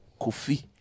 Kofi